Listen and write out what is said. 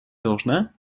должна